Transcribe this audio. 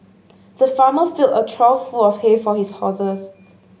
the farmer filled a trough full of hay for his horses